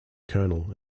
colonel